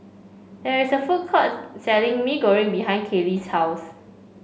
there is a food court selling Mee Goreng behind Caylee's house